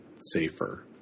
safer